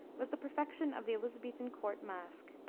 was the perfection of the elisabethan court masque,